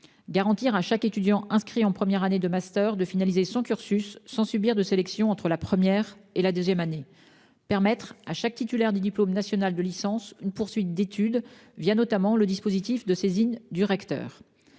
permettre à chaque étudiant inscrit en première année de master d'achever son cursus sans subir de sélection entre la première et la seconde année ; et offrir à chaque titulaire du diplôme national de licence une poursuite d'étude, notamment le dispositif de saisine du recteur.